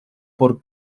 por